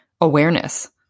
awareness